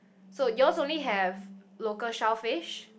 so yours only have local shellfish